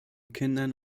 kindern